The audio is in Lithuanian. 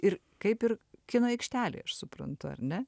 ir kaip ir kino aikštelėj aš suprantu ar ne